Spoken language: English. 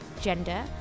gender